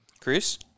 Chris